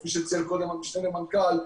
כפי שציין קודם המשנה למנכ"ל,